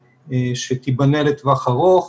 שתיבנה לטווח ארוך,